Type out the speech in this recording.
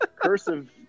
Cursive